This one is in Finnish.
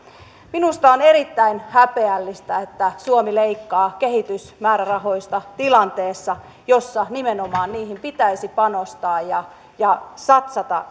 minusta on erittäin häpeällistä että suomi leikkaa kehitysmäärärahoista tilanteessa jossa nimenomaan niihin pitäisi panostaa ja ja satsata